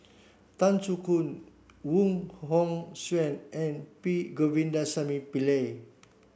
Tan Soo Khoon Wong Hong Suen and P Govindasamy Pillai